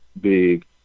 big